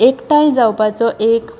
एकठांय जावपाचो एक